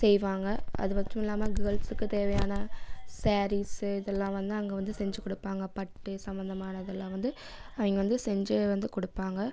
செய்வாங்க அது மட்டும் இல்லாமல் கேர்ள்ஸுக்கு தேவையான சேரீஸு இதெல்லாம் வந்து அங்கே வந்து செஞ்சு கொடுப்பாங்க பட்டு சம்மந்தமான இதெல்லாம் வந்து அவங்க வந்து செஞ்சு வந்து கொடுப்பாங்க